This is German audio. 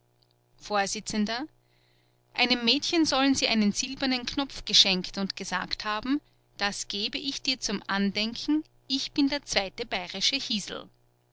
vors einem mädchen sollen sie einen silbernen knopf geschenkt und gesagt haben das gebe ich dir zum andenken ich bin der zweite bayerische hiesel